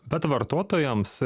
bet vartotojams